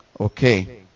Okay